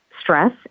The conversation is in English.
stress